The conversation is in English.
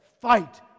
fight